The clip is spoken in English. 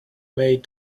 maid